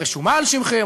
רשומה על שמכם,